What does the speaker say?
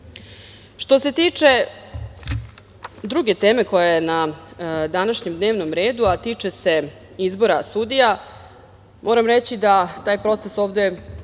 se tiče druge teme koja je na današnjem dnevnom redu, a tiče se izbora sudija, moram reći da je taj proces ovde,